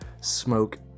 Smoke